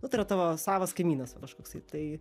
nu tai yra tavo savas kaimynas kažkoksai tai